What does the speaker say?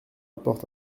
porte